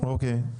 אוקיי.